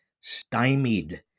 stymied